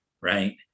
Right